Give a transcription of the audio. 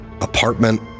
apartment